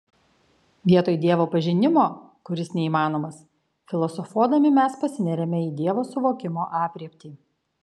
vietoj dievo pažinimo kuris neįmanomas filosofuodami mes pasineriame į dievo suvokimo aprėptį